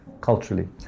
culturally